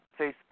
Facebook